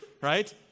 right